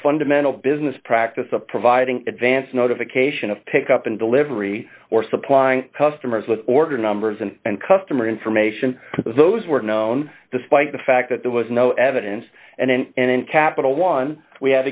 the fundamental business practice of providing advance notification of pickup and delivery or supplying customers with order numbers and customer information those were known despite the fact that there was no evidence and in capital one we